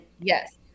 Yes